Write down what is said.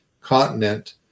continent